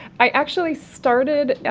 i actually started, yeah